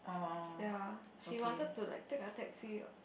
ya she wanted to like take a taxi